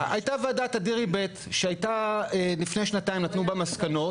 אדירי ב' שהייתה לפני שנתיים, נתנו בה מסקנות.